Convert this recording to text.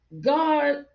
God